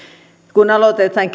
kun aloitetaan